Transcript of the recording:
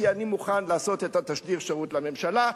כי אני מוכן לעשות את תשדיר השירות לממשלה,